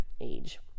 age